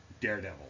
Daredevil